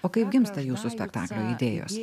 o kaip gimsta jūsų spektaklio idėjos